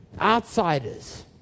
outsiders